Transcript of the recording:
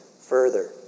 further